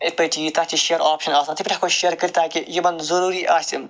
اِتھ پٲٹھۍ چھ یہِ تتھ چھُ شیر آپشَن آسان تتھ پٲٹھۍ ہیٚکو أسۍ شیر کٔرِتھ تاکہِ یمن ضوٚروٗری آسہِ